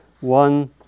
one